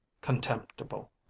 contemptible